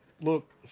look